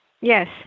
Yes